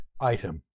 item